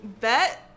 bet